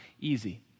easy